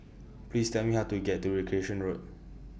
Please Tell Me How to get to Recreation Road